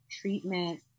Treatment